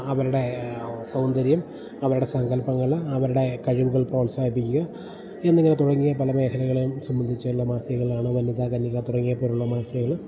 അവരുടെ സൗന്ദര്യം അവരുടെ സങ്കല്പങ്ങള് അവരുടെ കഴിവുകൾ പ്രോത്സാഹിപ്പിക്കുക എന്നിങ്ങനെ തുടങ്ങിയ പല മേഖലകളും സംബന്ധിച്ചുള്ള മാസികകളാണ് വനിത കന്യക തുടങ്ങിയ പോലുള്ള മാസികകൾ